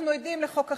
אנחנו עדים לחוק החרם,